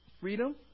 freedom